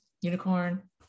unicorn